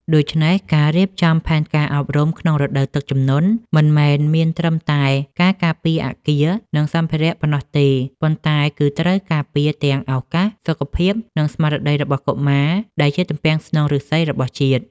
ដូច្នេះហើយ ការរៀបចំផែនការអប់រំក្នុងរដូវទឹកជំនន់ មិនមែនមានត្រឹមតែការការពារអគារ និងសម្ភារៈប៉ុណ្ណោះទេ ប៉ុន្តែគឺត្រូវការពារទាំងឱកាស សុខភាព និងស្មារតីរបស់កុមារដែលជាទំពាំងស្នងឫស្សីរបស់ជាតិ។